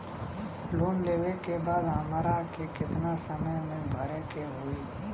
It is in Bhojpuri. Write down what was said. लोन लेवे के बाद हमरा के कितना समय मे भरे के होई?